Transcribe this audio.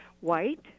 white